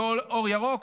ואור ירוק,